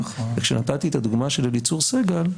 וכשנתתי את הדוגמה של אליצור סגל,